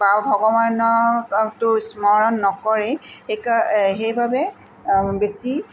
বাও ভগৱানকটো স্মৰণ নকৰেই সেই কা সেইবাবে বেছি